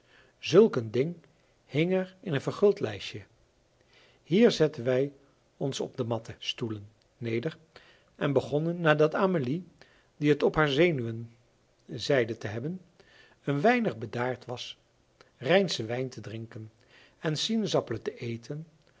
een hing er in een verguld lijstje hier zetten wij ons op de matten stoelen neder en begonnen nadat amelie die het op haar zenuwen zeide te hebben een weinig bedaard was rijnschen wijn te drinken en sinaasappelen te eten